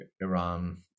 iran